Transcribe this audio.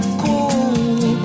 cool